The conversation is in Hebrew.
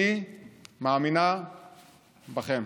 אני מאמינה בכם.